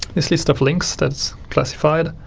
this list of links that's classified,